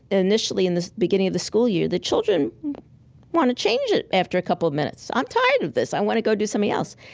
initially, in the beginning of the school year, the children want to change it after a couple of minutes. i'm tired of this. i want to go do something else.